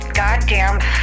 goddamn